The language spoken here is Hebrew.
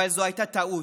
אבל זו הייתה טעות.